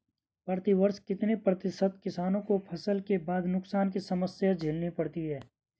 प्रतिवर्ष कितने प्रतिशत किसानों को फसल के बाद नुकसान की समस्या झेलनी पड़ती है?